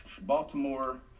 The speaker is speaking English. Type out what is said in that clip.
Baltimore